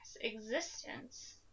existence